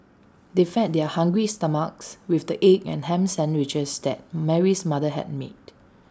they fed their hungry stomachs with the egg and Ham Sandwiches that Mary's mother had made